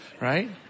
right